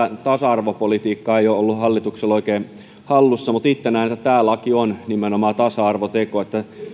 tasa arvopolitiikka ei ole ollut hallituksella oikein hallussa mutta itse näen että tämä laki on nimenomaan tasa arvoteko